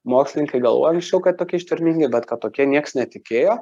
mokslininkai galvojo anksčiau kad tokie ištvermingi bet kad tokie nieks netikėjo